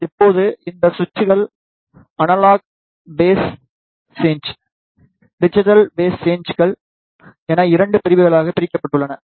இப்போது இந்த சுவிட்சுகள் analogue phase change digital phase சேன்ஜ்கள் என 2 பிரிவுகளாக பிரிக்கப்பட்டுள்ளன